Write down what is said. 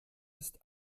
ist